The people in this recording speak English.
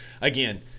again